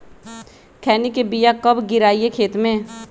खैनी के बिया कब गिराइये खेत मे?